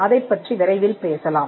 அதைப் பற்றி விரைவில் பேசலாம்